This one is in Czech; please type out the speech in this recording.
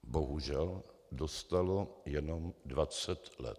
Bohužel, dostalo jenom 20 let.